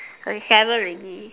there is seven ready